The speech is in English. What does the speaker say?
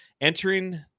entering